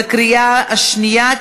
בקריאה השנייה,